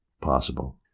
possible